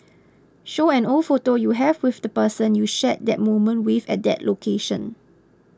show an old photo you have with the person you shared that moment with at that location